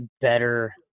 better